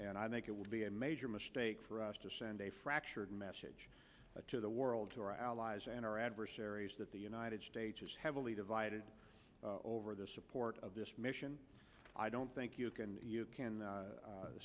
and i think it would be a major mistake for us to send a fractured message to the world to our allies and our adversaries that the united states is heavily divided over the support of this mission i don't think you can you can